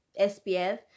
SPF